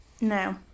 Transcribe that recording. No